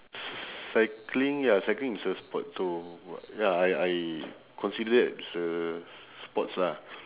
cycling ya cycling is a sport too ya I I consider that as a sports lah